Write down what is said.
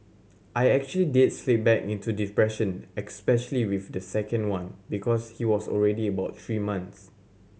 I actually did slip back into depression especially with the second one because he was already about three months